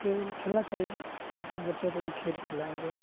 کھیل کھیلنا چاہیے اپنے بچوں کو بھی کھیل کھلائیں گے